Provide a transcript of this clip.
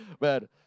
man